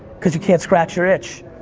cause you can't scratch your itch.